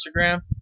Instagram